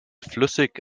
flüssig